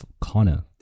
Connor